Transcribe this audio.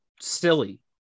silly